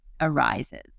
arises